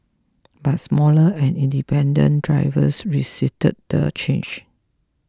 but smaller and independent drivers resisted the change